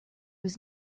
was